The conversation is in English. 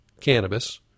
cannabis